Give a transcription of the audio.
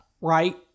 Right